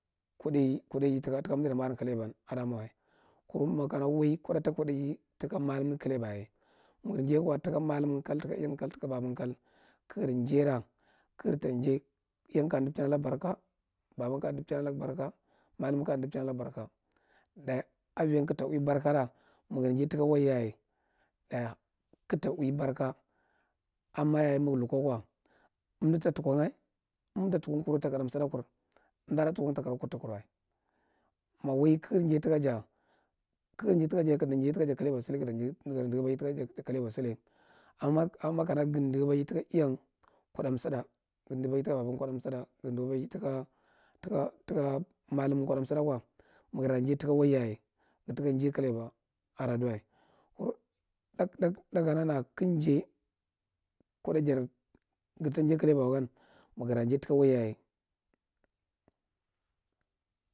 Kuɗai- kuɗai ji taka amda damwa aran kaleban ada mwa wa kuru ma wai kuɗa ba kuɗaiji taka malumni kaleba yeye, magar njai kwa taka mallumnga kal, taka iyang kal taka babang kal, kagar njaira kagar ta njai, iyang kan ndibchin alag barka, dadang ka ndibchin alag barka malumnga ka ndibchin alag barka. Dayi aviya kag ta ui barkara magar njai taka wai yaye, ɗata- gata ui barka, amma yaye mig lukwa kwa amda ta tukwanga amda tukwan kuru takara msidakur amda da tukwan takara kutukurwa. Ma wai kig njai taka ja, kag njai taka ja, gada njai taka ja kalaiba sulai, garta nddhabajad taka ja kalaiba sulai. Amma, amama kana gan dahobais taka iyan kaɗa inside, gan ndahabaji taka babang kuɗa insuɗa, gandahabaji taka taka taka malumnga kuɗa insiɗa kwa, magarra njai taka wai yaye, ga taka ji kalaba adaduwa, kur, ɗakana nara ktg njai, kuɗa jar, garta njai kaleba wa gan magarra njai taka wai yaye….